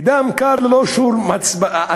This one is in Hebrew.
בדם קר, ללא שום הצדקה,